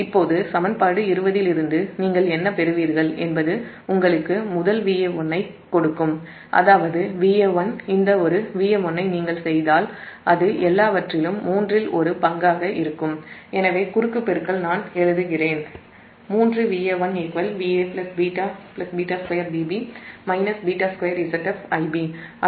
இப்போது சமன்பாடு 20 இலிருந்து நீங்கள் என்ன பெறுவீர்கள் என்பது முதலில் உங்களுக்கு Va1 ஐக் கொடுக்கும் அதாவது Va1 நீங்கள் செய்தால் அது எல்லாவற்றிலும் மூன்றில் ஒரு பங்காக இருக்கும் எனவே குறுக்கு பெருக்கல் நான் எழுதுகிறேன் 3Va1 Va β β2 Vb β2Zf Ib